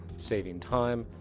saving time,